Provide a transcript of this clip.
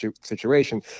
situation